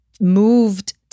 moved